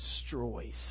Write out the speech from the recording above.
destroys